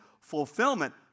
fulfillment